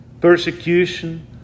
persecution